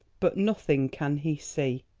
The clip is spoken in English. but nothing can he see.